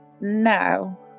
no